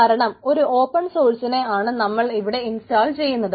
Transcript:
കാരണം ഒരു ഓപ്പൺ സോഴ്സിനെ ആണ് നമ്മൾ ഇവിടെ ഇൻസ്റ്റാൾ ചെയ്യുന്നത്